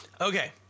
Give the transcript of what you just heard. Okay